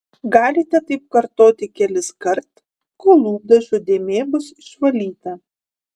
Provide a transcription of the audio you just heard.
galite taip kartoti keliskart kol lūpdažio dėmė bus išvalyta